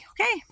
Okay